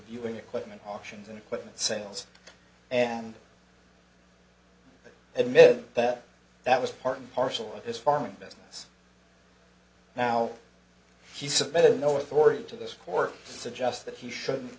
viewing equipment auctions and equipment sales and admitted that that was part and parcel of his farming business now he submitted no authority to this court suggest that he should